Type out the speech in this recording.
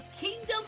Kingdom